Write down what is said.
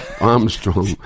Armstrong